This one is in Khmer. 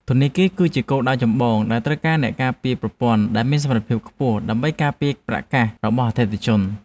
ធនាគារ គឺជាគោលដៅចម្បងដែលត្រូវការអ្នកការពារប្រព័ន្ធដែលមានសមត្ថភាពខ្ពស់ដើម្បីការពារប្រាក់កាសរបស់អតិថិជន។